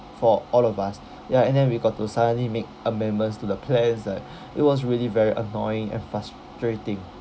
for all of us ya and then we got to suddenly make amendments to the plans like it was really very annoying and frustrating